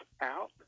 out